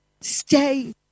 stay